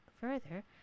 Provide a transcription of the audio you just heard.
further